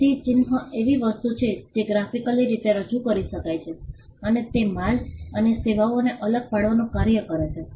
તેથી ચિહ્ન એવી વસ્તુ છે જે ગ્રાફિકલી રીતે રજૂ કરી શકાય છે અને તે માલ અને સેવાઓને અલગ પાડવાનું કાર્ય કરે છે